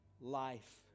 life